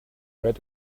read